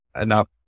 enough